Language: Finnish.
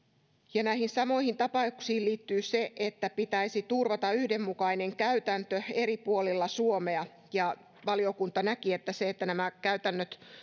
näihin samoihin tapauksiin liittyy se että pitäisi turvata yhdenmukainen käytäntö eri puolilla suomea valiokunta näki että se että nämä käytännöt